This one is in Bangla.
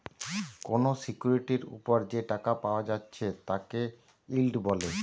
কোনো সিকিউরিটির উপর যে টাকা পায়া যাচ্ছে তাকে ইল্ড বলে